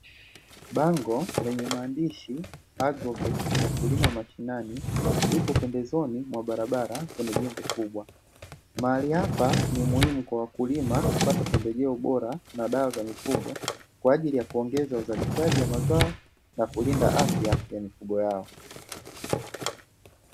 Bango lenye maandishi "Agloveti wakulima mashinani" lipo pembezoni mwa barabara kwenye jengo kubwa. Mahali hapa ni muhimu kwa wakulima kupata pembejeo bora na dawa za mifugo kwa ajili ya kuongeza uzalishaji wa mazao na kulinda afya ya mifugo yao.